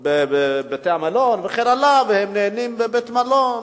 והם נהנים בבית-מלון,